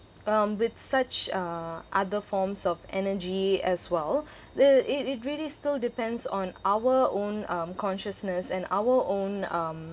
um with such uh other forms of energy as well the it it really still depends on our own um consciousness and our own um